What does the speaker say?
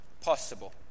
possible